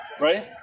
Right